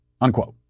unquote